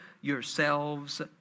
yourselves